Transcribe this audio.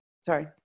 sorry